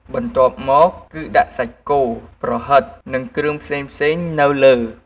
បន្ទាប់មកគឺដាក់សាច់គោ ប្រហិត និង គ្រឿងផ្សេងៗនៅលើ។